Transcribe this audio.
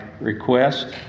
request